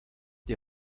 die